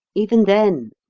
even then,